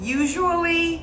usually